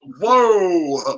whoa